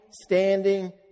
standing